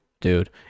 dude